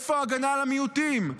איפה ההגנה על המיעוטים?